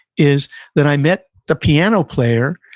is that, i met the piano player,